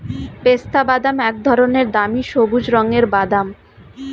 পেস্তাবাদাম এক ধরনের দামি সবুজ রঙের বাদাম